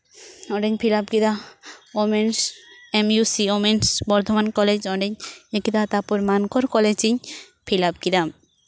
ᱚᱸᱰᱮᱧ ᱯᱷᱤᱞᱟᱯ ᱠᱮᱫᱟ women's M U C women's Bardhaman college ᱚᱸᱰᱮᱧ ᱤᱭᱟᱹ ᱠᱮᱫᱟ ᱛᱟᱨᱯᱚᱨ ᱢᱟᱱᱠᱚᱲ ᱠᱚᱞᱮᱡᱽ ᱤᱧ ᱯᱷᱤᱞᱟᱯ ᱠᱮᱫᱟ